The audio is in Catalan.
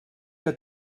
que